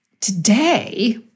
today